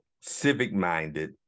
civic-minded